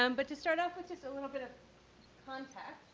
um but to start off with just a little bit of context.